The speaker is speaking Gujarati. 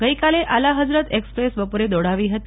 ગઈકાલે આલા હઝરત એકસપ્રેસ બપોરે દોડાવાઈ હતી